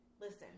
listen